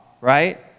right